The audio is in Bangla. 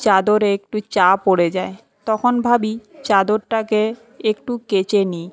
চাদরে একটু চা পরে যায় তখন ভাবি চাদরটাকে একটু কেচে নিই